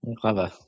Clever